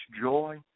joy